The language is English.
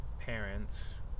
parents